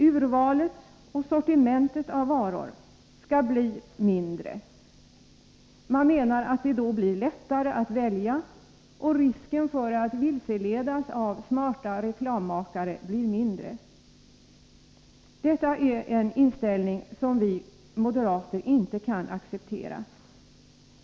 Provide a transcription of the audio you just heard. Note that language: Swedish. Urvalet, sortimentet av varor, skall bli mindre. Man menar att det då blir lättare att välja, och att risken för att vilseledas av smarta reklammakare blir mindre. Detta är en inställning som vi moderater inte kan acceptera.